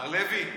מר לוי,